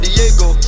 Diego